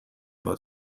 باهات